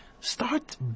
Start